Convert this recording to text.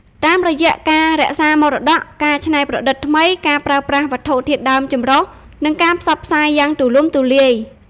តាមរយៈ ការរក្សាមរតក ការច្នៃប្រឌិតថ្មី ការប្រើប្រាស់វត្ថុធាតុដើមចម្រុះ និងការផ្សព្វផ្សាយយ៉ាងទូលំទូលាយ។